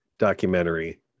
Documentary